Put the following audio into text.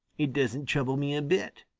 it doesn't trouble me a bit,